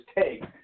take